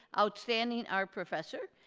outstanding art professor.